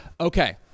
Okay